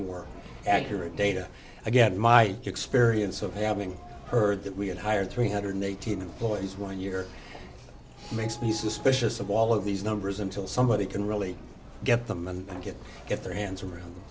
more accurate data i get my experience of having heard that we had hired three hundred eighteen employees one year makes me suspicious of all of these numbers until somebody can really get them and get get their hands around